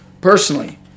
personally